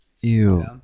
Ew